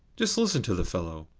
just listen to the fellow!